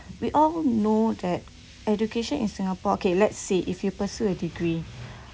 we all know that education in singapore okay let's say if you pursue a degree